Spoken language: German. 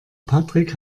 patrick